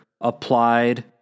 applied